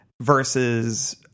versus